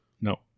No